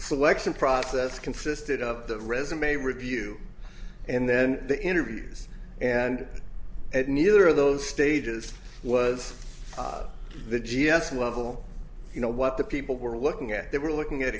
selection process consisted of the resume review and then the interviews and neither of those stages was the g s level you know what the people we're looking at that we're looking at